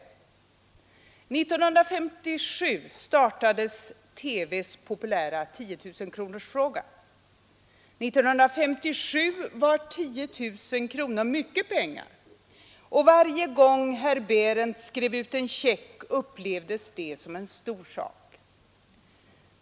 1957 startade TV:s populära tiotusenkronorsfråga. 1957 var 10 000 kronor mycket pengar. Varje gång herr Bexhrendtz skrev ut en check upplevdes det som en stor sak.